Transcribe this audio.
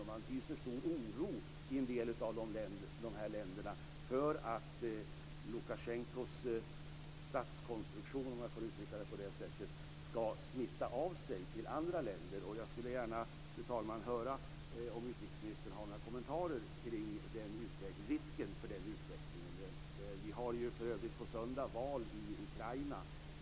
Man hyser i en del av de här länderna stor oro för att Lukasjenkos statskonstruktion, om jag får uttrycka det så, ska smitta av sig till andra länder. Jag skulle, fru talman, gärna vilja höra om utrikesministern har några kommentarer till risken för en sådan utveckling.